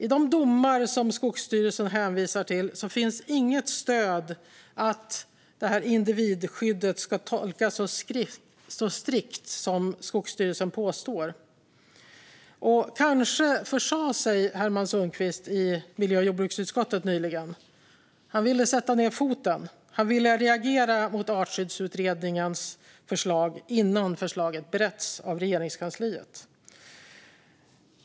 I de domar som Skogsstyrelsen hänvisar till finns inget stöd för att individskyddet ska tolkas så strikt som Skogsstyrelsen påstår. Kanske försa sig Herman Sundqvist i miljö och jordbruksutskottet nyligen. Han ville sätta ned foten. Han ville reagera mot Artskyddsutredningens förslag innan förslagen beretts av Regeringskansliet.